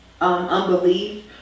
Unbelief